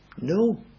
no